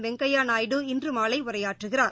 வெங்கையா நாயுடு இன்று மாலை உரையாற்றுகிறார்